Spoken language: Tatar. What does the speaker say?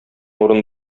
урын